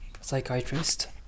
psychiatrist